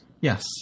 Yes